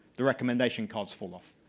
the recommendation falls falls off.